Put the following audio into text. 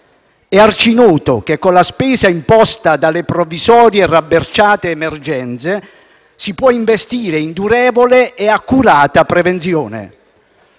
È arcinoto che, con la spesa imposta dalle provvisorie e rabberciate emergenze, si può investire in durevole e accurata prevenzione.